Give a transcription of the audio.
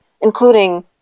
including